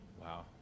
Wow